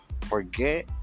forget